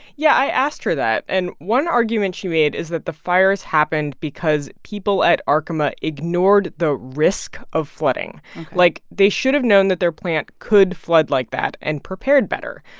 yeah, i asked her that. and one argument she made is that the fires happened because people at arkema ignored the risk of flooding ok like, they should have known that their plant could flood like that and prepared better.